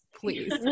please